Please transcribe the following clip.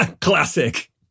Classic